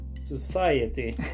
society